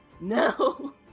No